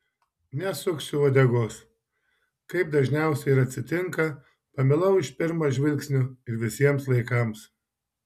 nesuksiu uodegos kaip dažniausiai ir atsitinka pamilau iš pirmo žvilgsnio ir visiems laikams